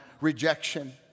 rejection